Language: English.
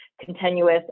continuous